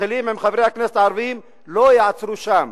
מתחילים עם חברי הכנסת הערבים, לא יעצרו שם.